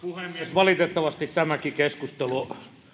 valitettavasti tämäkin keskustelu